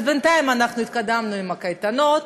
אז בינתיים אנחנו התקדמנו עם הקייטנות,